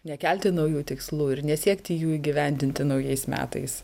nekelti naujų tikslų ir nesiekti jų įgyvendinti naujais metais